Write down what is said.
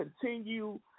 continue